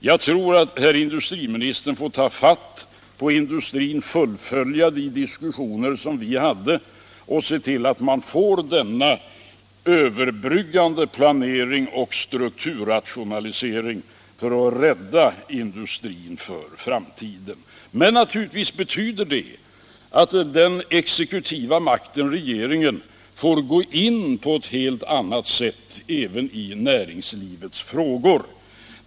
Jag tror att herr industriministern får ta fatt på industrin och fullfölja de diskussioner som vi hade och se till att man får denna överbryggande planering och strukturrationalisering för att rädda industrin för framtiden. Men naturligtvis betyder det att den exekutiva makten, regeringen, får gå in på ett helt annat sätt även i näringslivets frågor.